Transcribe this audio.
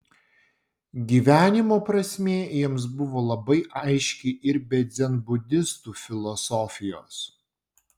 gyvenimo prasmė jiems buvo labai aiški ir be dzenbudistų filosofijos